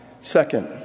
Second